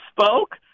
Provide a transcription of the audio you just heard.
spoke